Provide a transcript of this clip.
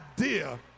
idea